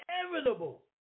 inevitable